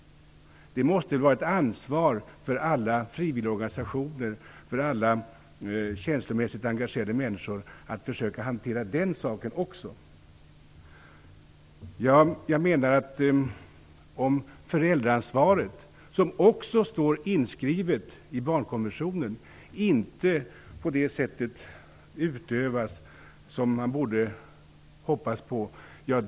Det måste vara ett ansvar för alla frivilligorganisationer och för alla känslomässigt engagerade människor att försöka hantera också den saken. Jag menar att det blir en svår situation om föräldraansvaret, som också står inskrivet i barnkonventionen, inte utövas på ett sådant sätt som man borde kunna förvänta sig.